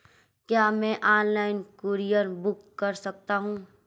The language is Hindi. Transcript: क्या मैं ऑनलाइन कूरियर बुक कर सकता हूँ?